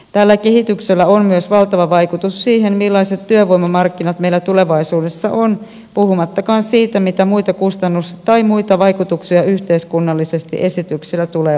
tällä kehityksellä on myös valtava vaikutus siihen millaiset työvoimamarkkinat meillä tulevaisuudessa on puhumattakaan siitä mitä muita kustannus tai muita vaikutuksia yhteiskunnallisesti esityksellä tulee olemaan